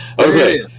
Okay